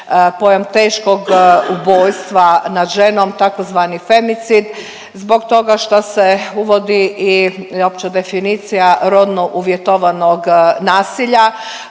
pojam teškog ubojstva nad ženom tzv. femicid zbog toga što se uvodi i opća definicija rodno uvjetovanog nasilja.